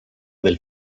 del